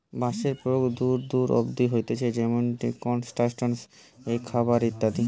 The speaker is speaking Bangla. বাঁশের প্রয়োগ দূর দূর অব্দি হতিছে যেমনি কনস্ট্রাকশন এ, খাবার এ ইত্যাদি